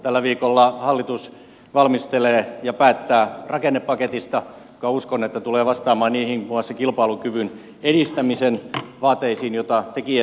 tällä viikolla hallitus valmistelee ja päättää rakennepaketista ja uskon että se tulee vastaamaan muun muassa niihin kilpailukyvyn edistämisen vaateisiin joita tekin esititte